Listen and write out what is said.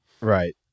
Right